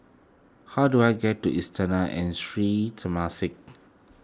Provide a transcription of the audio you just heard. how do I get to Istana and Sri Temasek